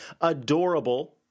adorable